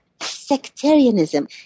sectarianism